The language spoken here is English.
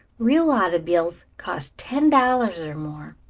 real auto'biles cost ten dollars, or more.